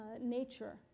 nature